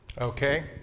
Okay